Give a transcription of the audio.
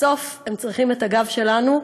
בסוף, הם צריכים את הגב שלנו.